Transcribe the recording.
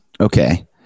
okay